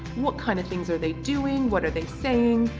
what kind of things are they doing, what are they saying,